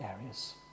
areas